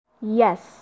Yes